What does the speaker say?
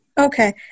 Okay